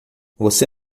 você